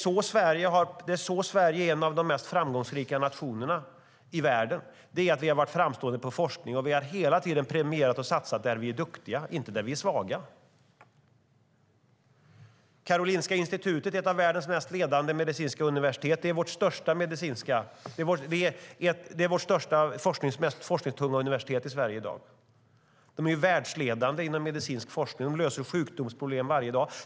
Sverige har blivit en av de mest framgångsrika nationerna i världen för att vi varit framstående inom forskning och hela tiden premierat och satsat på det som vi är duktiga på, inte det vi är svaga på. Karolinska Institutet är ett av världens ledande medicinska universitet. Det är det mest forskningstunga universitetet i Sverige i dag. De är världsledande inom medicinsk forskning. De löser sjukdomsproblem varje dag.